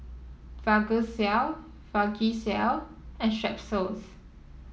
Vagisil Vagisil and Strepsils